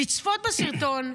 לצפות בסרטון,